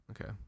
okay